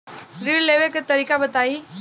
ऋण लेवे के तरीका बताई?